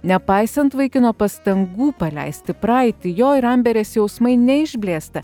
nepaisant vaikino pastangų paleisti praeitį jo ir amberės jausmai neišblėsta